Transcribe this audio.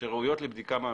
שראויות לבדיקה מעמיקה.